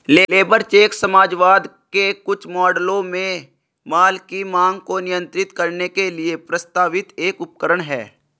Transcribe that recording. labour cheque समाजवाद के कुछ मॉडलों में माल की मांग को नियंत्रित करने के लिए प्रस्तावित एक उपकरण है